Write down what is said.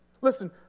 Listen